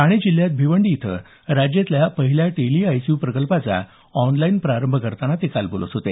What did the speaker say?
ठाणे जिल्ह्यात भिवंडी इथं राज्यातल्या पहिल्या टेलीआयसीयू प्रकल्पाचा ऑनलाईन प्रारंभ करताना ते काल बोलत होते